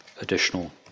additional